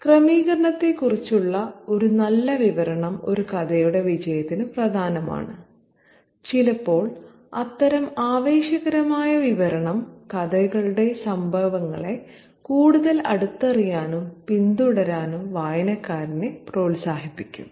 ക്രമീകരണത്തെക്കുറിച്ചുള്ള ഒരു നല്ല വിവരണം ഒരു കഥയുടെ വിജയത്തിന് പ്രധാനമാണ് ചിലപ്പോൾ അത്തരം ആവേശകരമായ വിവരണം കഥയുടെ സംഭവങ്ങളെ കൂടുതൽ അടുത്തറിയാനും പിന്തുടരാനും വായനക്കാരെ പ്രോത്സാഹിപ്പിക്കും